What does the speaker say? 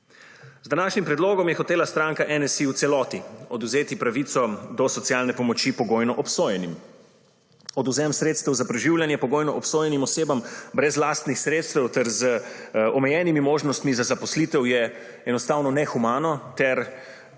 Z današnjim predlogom je hotela stranka NSi v celoti odvzeti pravico do socialne pomoči pogojno obsojenim. Odvzem sredstev za preživljanje pogojno obsojenim osebam brez lastnih sredstev ter z omejenimi možnostmi za zaposlitev je enostavno nehumano ter ima lahko